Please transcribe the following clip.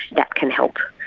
that can help.